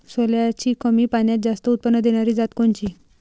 सोल्याची कमी पान्यात जास्त उत्पन्न देनारी जात कोनची?